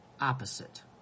opposite